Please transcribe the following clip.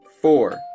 four